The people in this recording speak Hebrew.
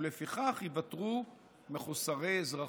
ולפיכך ייוותרו מחוסרי אזרחות.